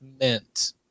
meant